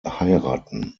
heiraten